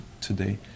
today